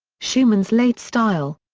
schumann's late style.